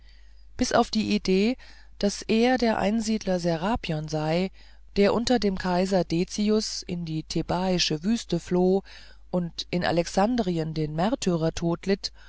bis auf die idee daß er der einsiedler serapion sei der unter dem kaiser dezius in die thebaische wüste floh und in alexandrien den märtyrertod litt